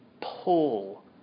pull